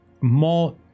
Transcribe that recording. more